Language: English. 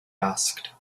asked